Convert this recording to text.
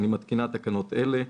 אני מתקינה תקנות אלה: